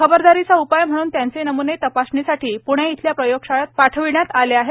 खबरदारीचा उपाय म्हणून त्यांचे नमूने तपासणीसाठी प्णे येथील प्रयोगशाळेत पाठविण्यात आले आहेत